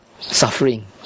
suffering